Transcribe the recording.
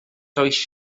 oes